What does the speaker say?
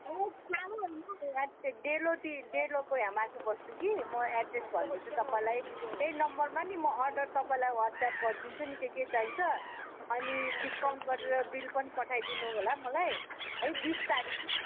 सानो होइनौ हैट डेलो टी डेलोको यहाँ माथि बस्छु कि म एड्रेस भनिदिन्छु तपाईँलाई यही नम्बरमा नि म अर्डर तपाईँलाई वाट्सएप गरिदिन्छु नि के के चाहिन्छ अनि डिस्काउन्ट गरेर बिल पनि पठाइदिनु होला मलाई है बिस तारिक ल